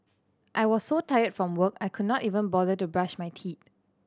I was so tired from work I could not even bother to brush my teeth